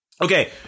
Okay